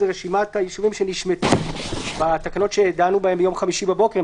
זה רשימת היישובים שנשמטה תקנות שדנו בהן ביום חמישי בבוקר.